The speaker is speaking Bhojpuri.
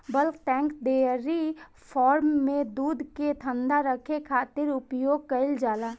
बल्क टैंक डेयरी फार्म में दूध के ठंडा रखे खातिर उपयोग कईल जाला